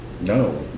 No